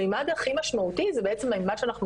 המימד הכי משמעותי זה בעצם המימד שאנחנו